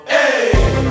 Hey